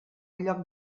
lloc